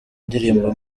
ndirimbo